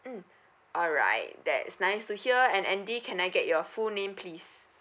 mm alright that's nice to hear and andy can I get your full name please